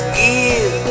give